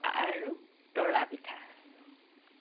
আৰু তৰা পিঠা